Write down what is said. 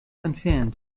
entfernt